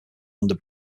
under